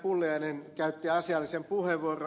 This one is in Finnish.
pulliainen käytti asiallisen puheenvuoron